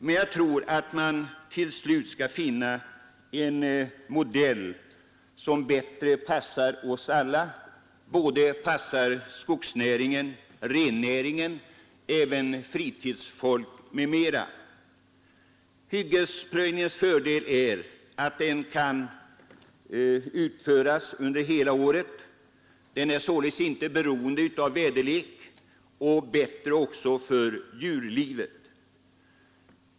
Jag tror emellertid att man till slut skall finna en modell som bättre passar såväl skogsnäringen och rennäringen som fritidsintressena m.m. Hyggesplöjningens fördel är att den kan utföras under hela året — den är inte beroende av väderleken. Den är även bättre för djurlivet.